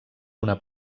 una